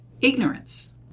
ignorance